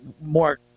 more